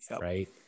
Right